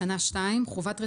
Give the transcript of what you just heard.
"חובת רציפות2.